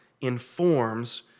informs